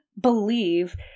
believe